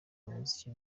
ubuhanzi